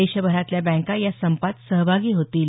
देशभरातल्या बँका या संपात सहभागी होतील